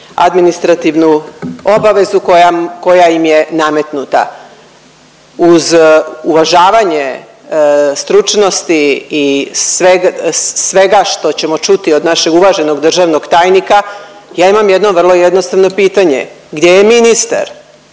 administrativnu obavezu koja, koja im je nametnuta. Uz uvažavanje stručnosti i sveg, svega što ćemo čuti od našeg uvaženog državnog tajnika ja imam jedno vrlo jednostavno pitanje, gdje je ministar,